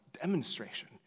demonstration